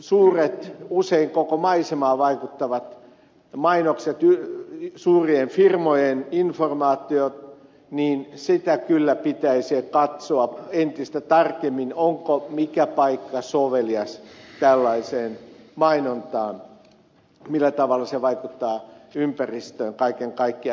niitä suuria usein koko maisemaan vaikuttavia mainoksia suurien firmojen informaatioita kyllä pitäisi katsoa entistä tarkemmin mikä paikka on sovelias tällaiseen mainontaan millä tavalla se vaikuttaa ympäristöön kaiken kaikkiaan